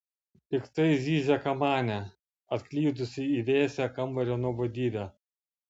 piktai zyzia kamanė atklydusi į vėsią kambario nuobodybę